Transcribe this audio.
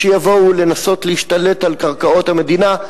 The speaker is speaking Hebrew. כשיבואו לנסות להשתלט על קרקעות המדינה.